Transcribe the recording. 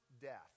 death